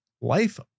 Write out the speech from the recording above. life